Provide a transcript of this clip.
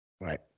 Right